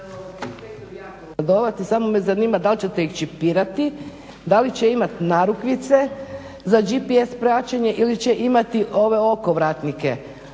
samo me zanima dal ćete ih čipirati, da li će imati narukvice za gps praćenje ili će imati ove okovratnike,